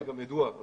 וידוע על כך.